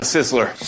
Sizzler